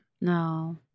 No